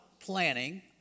planning